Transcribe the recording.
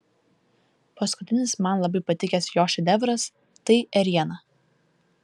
paskutinis man labai patikęs jo šedevras tai ėriena